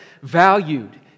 valued